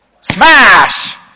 smash